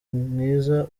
mwiza